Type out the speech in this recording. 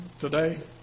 today